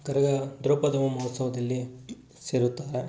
ಕರಗ ದ್ರೌಪದ ಮೋಮೋತ್ಸವದಲ್ಲಿ ಸೇರುತ್ತಾರೆ